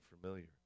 familiar